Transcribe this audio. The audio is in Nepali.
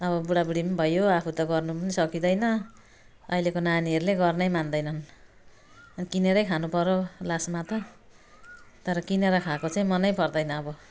अब बुढा बुढी भइयो आफू त गर्नु पनि सकिँदैन अहिलेको नानीहरूले गर्नै मान्दैनन् किनेर खानु परे लास्टमा त तर किनेर खाएको चाहिँ मन पर्दैन अब